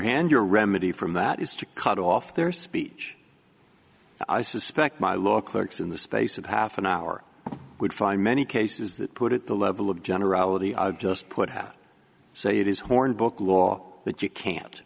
hand your remedy from that is to cut off their speech i suspect my law clerks in the space of half an hour would find many cases that put at the level of generality i just put half say it is hornbook law that you can't